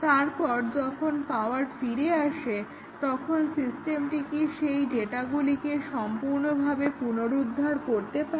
তারপর যখন পাওয়ার ফিরে আসে তখন সিস্টেমটি কি সেই ডাটাগুলিকে সম্পূর্ণভাবে পুনরুদ্ধার করতে পারে